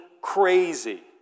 crazy